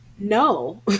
no